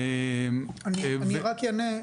אני רק אענה.